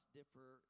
differ